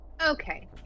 Okay